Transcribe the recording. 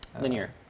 linear